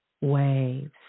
waves